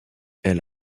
elle